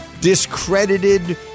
discredited